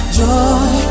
joy